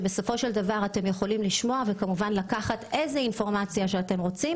אתם יכולים לשמוע ולקחת איזו אינפורמציה שאתם רוצים